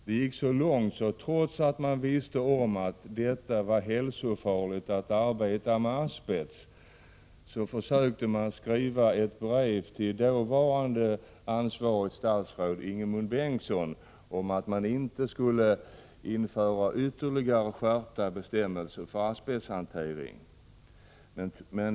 Det gick så långt, att trots att man visste om att det var hälsofarligt att arbeta med asbest, försökte man skriva ett brev till dåvarande ansvarigt statsråd, Ingemund Bengtsson, om att det inte skulle införas ytterligare skärpta bestämmelser för asbesthanteringen.